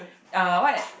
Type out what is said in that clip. uh what